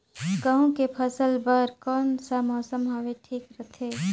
गहूं के फसल बर कौन सा मौसम हवे ठीक रथे?